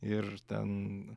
ir ten